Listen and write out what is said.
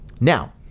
Now